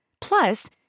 Plus